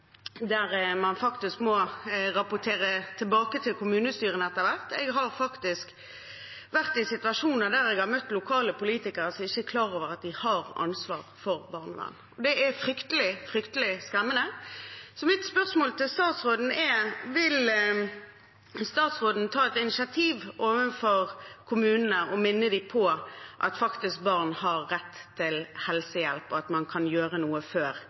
der jeg har møtt lokale politikere som ikke er klar over at de har ansvar for barnevernet. Det er fryktelig, fryktelig skremmende. Så mitt spørsmål til statsråden er: Vil statsråden ta et initiativ overfor kommunene og minne dem på at barn faktisk har rett til helsehjelp, og at man kan gjøre noe før